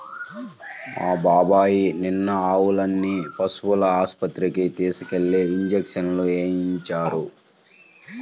మా బాబాయ్ నిన్న ఆవుల్ని పశువుల ఆస్పత్రికి తీసుకెళ్ళి ఇంజక్షన్లు వేయించారు